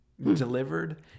delivered